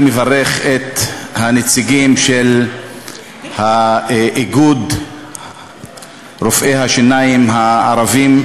אני מברך את הנציגים של איגוד רופאי השיניים הערבים,